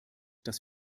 dass